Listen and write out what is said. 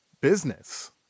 business